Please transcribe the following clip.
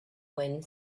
wind